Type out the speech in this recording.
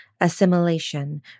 assimilation